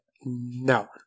No